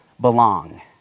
belong